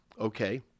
okay